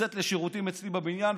לצאת לשירותים אצלי בבניין,